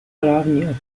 právní